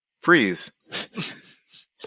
Freeze